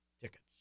tickets